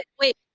wait